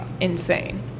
insane